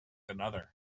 another